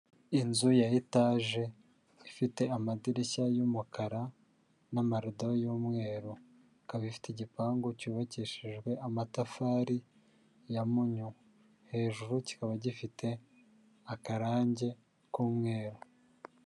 Inzu ya etaje ifite amadirishya y'umukara n'amarido y'umweru. Ikaba ifite igipangu cyubakishijwe amatafari ya mpunyu. Hejuru kikaba gifite akarange k'umweru.